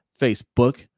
Facebook